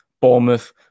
Bournemouth